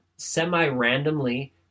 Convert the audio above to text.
semi-randomly